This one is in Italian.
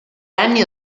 anni